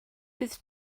fydd